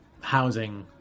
housing